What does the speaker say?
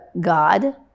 God